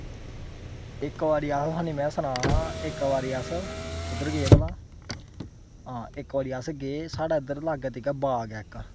इक बारी अस खा'ल्ली मैं सनां दा इक बारी अस कुद्धर गे भला हां इक बारी अस गे साढ़ै इद्धर लागै तिग्गै बाग ऐ इक